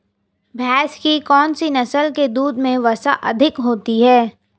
भैंस की कौनसी नस्ल के दूध में वसा अधिक होती है?